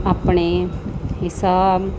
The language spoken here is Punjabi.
ਆਪਣੇ ਹਿਸਾਬ